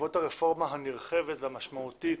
בעקבות הרפורמה הנרחבת והמשמעותית